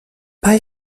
bei